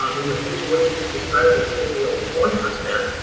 i mean the situation you described where you only owe one percent,